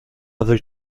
other